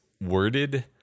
worded